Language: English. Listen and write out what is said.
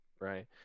Right